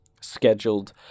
scheduled